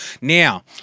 now